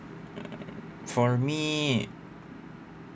for me